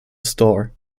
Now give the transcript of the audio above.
store